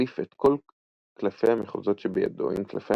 להחליף את כל הקלפי המחוזות שבידו עם קלפי